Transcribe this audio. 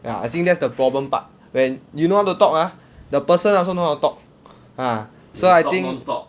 ya I think that's the problem part when you know how to talk ah the person also know how to talk ah so I think